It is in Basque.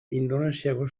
indonesiako